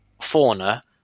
Fauna